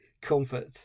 comfort